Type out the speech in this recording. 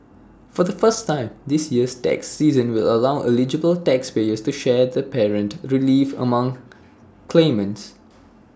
for the first time this year's tax season will allow eligible taxpayers to share the parent relief among claimants